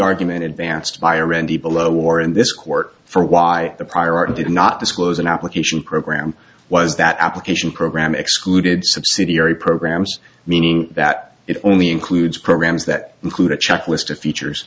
argument advanced by are ready below or in this court for why the prior art did not disclose an application program was that application program excluded subsidiary programs meaning that it only includes programs that include a checklist of features